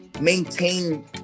maintain